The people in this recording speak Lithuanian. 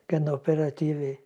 gana operatyviai